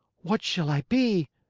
what shall i be?